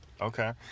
Okay